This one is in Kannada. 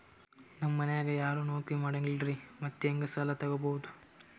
ನಮ್ ಮನ್ಯಾಗ ಯಾರೂ ನೌಕ್ರಿ ಮಾಡಂಗಿಲ್ಲ್ರಿ ಮತ್ತೆಹೆಂಗ ಸಾಲಾ ತೊಗೊಬೌದು?